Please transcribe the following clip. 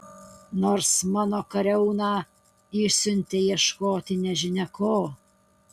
nors mano kariauną išsiuntei ieškoti nežinia ko